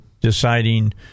deciding